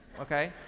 okay